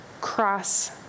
cross